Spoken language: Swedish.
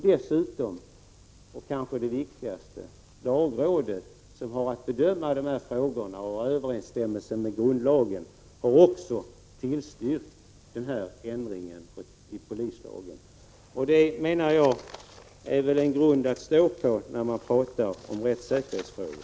Dessutom, och kanske det viktigaste: Lagrådet, som har att bedöma dessa frågor och överensstämmelsen med grundlagen, har också tillstyrkt den här ändringen i polislagen. Det är väl, menar jag, en grund att stå på när man talar om rättssäkerhetsfrågor.